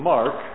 Mark